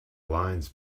lines